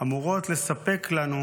אמורות לספק לנו,